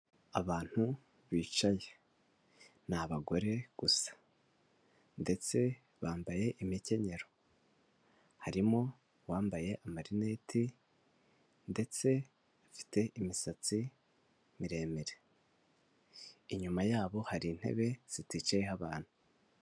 Abantu bicaye ni abagore gusa ndetse bambaye imikenyero, harimo uwambaye amarinete ndetse afite imisatsi miremire, inyuma yabo hari intebe ziticayeho abantu.